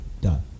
done